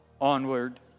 onward